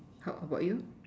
how about you